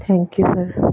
thank you sir